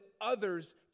others